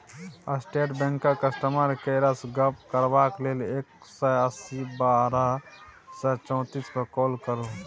state बैंकक customer केयरसँ गप्प करबाक लेल एक सय अस्सी बारह सय चौतीस पर काँल करु